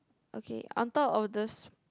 okay on top of the